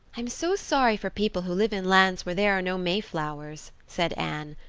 i'm so sorry for people who live in lands where there are no mayflowers, said anne.